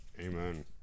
Amen